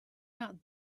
not